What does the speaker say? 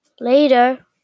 Later